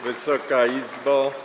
Wysoka Izbo!